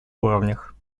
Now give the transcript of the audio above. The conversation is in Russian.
уровнях